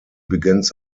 begins